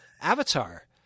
Avatar